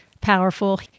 powerful